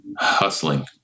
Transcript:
Hustling